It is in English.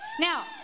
Now